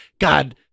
God